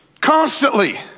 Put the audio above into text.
constantly